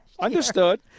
understood